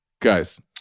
Guys